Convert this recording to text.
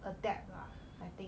adapt lah I think